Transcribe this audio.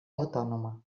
autònoma